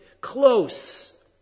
close